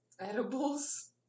edibles